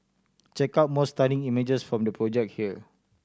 check out more stunning images from the project here